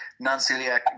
non-celiac